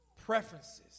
preferences